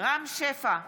רם שפע,